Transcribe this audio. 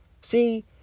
See